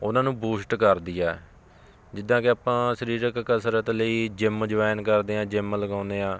ਉਹਨਾਂ ਨੂੰ ਬੂਸ਼ਟ ਕਰਦੀ ਆ ਜਿੱਦਾਂ ਕਿ ਆਪਾਂ ਸਰੀਰਕ ਕਸਰਤ ਲਈ ਜਿੰਮ ਜੁਆਇਨ ਕਰਦੇ ਹਾਂ ਜਿੰਮ ਲਗਾਉਦੇ ਹਾਂ